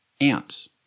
Ants